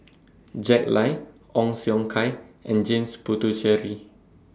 Jack Lai Ong Siong Kai and James Puthucheary